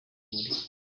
muri